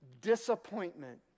disappointment